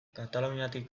kataluniatik